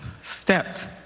stepped